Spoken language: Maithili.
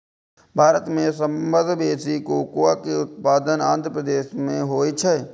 भारत मे सबसं बेसी कोकोआ के उत्पादन आंध्र प्रदेश मे होइ छै